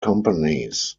companies